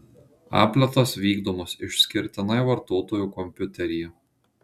apletas vykdomas išskirtinai vartotojo kompiuteryje